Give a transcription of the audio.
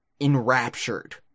enraptured